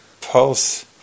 pulse